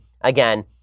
Again